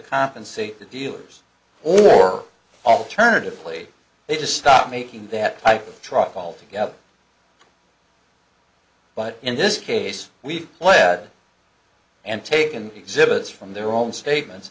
compensate the dealers or alternatively they just stop making that type of truck altogether but in this case we play and taken exhibits from their own statements